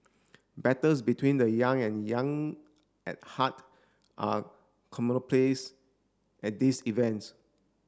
battles between the young and young at heart are commonplace at these events